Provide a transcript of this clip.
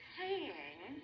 paying